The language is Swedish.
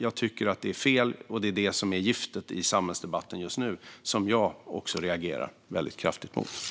Jag tycker att det är fel. Det är det som är giftet i samhällsdebatten just nu och som också jag reagerar väldigt kraftigt mot.